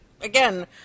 again